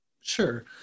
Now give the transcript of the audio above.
Sure